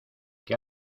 qué